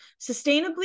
sustainably